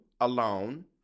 alone